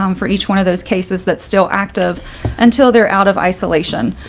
um for each one of those cases that's still active until they're out of isolation.